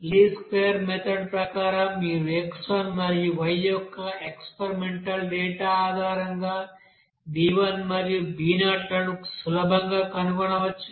least square method ప్రకారం మీరు x1 మరియు y యొక్క ఎక్స్పెరిమెంటల్ డేటా ఆధారంగా b1 మరియు b0 లను సులభంగా కనుగొనవచ్చు